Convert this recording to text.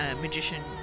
magician